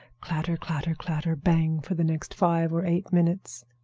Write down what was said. clatter, clatter, clatter, bang! for the next five or eight minutes.